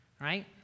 right